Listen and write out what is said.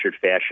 fashion